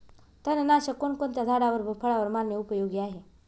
तणनाशक कोणकोणत्या झाडावर व फळावर मारणे उपयोगी आहे?